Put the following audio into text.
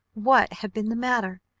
what had been the matter?